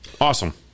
Awesome